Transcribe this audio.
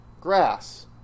Grass